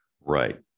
right